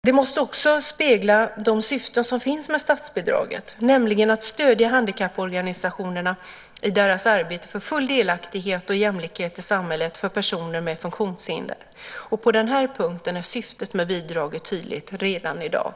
Det måste också spegla de syften som finns med statsbidraget, nämligen att stödja handikapporganisationerna i deras arbete för full delaktighet och jämlikhet i samhället för personer med funktionshinder. På den punkten är syftet med bidraget tydligt redan i dag.